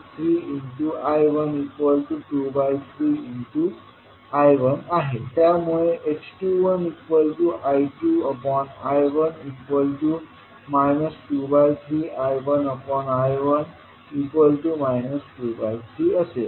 I2663I123I1 त्यामुळे h21I2I1 23I1I1 23 असेल